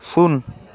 ଶୂନ